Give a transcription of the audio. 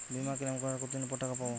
বিমা ক্লেম করার কতদিন পর টাকা পাব?